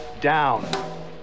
down